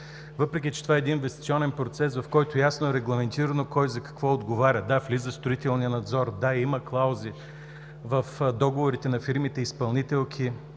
въпреки че това е един инвестиционен процес, в който ясно е регламентирано кой за какво отговаря. Да, влиза в строителния надзор, да, има клаузи в договорите на фирмите – изпълнителки,